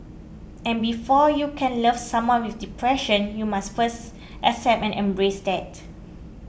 and before you can love someone with depression you must first accept and embrace that